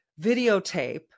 videotape